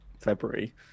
february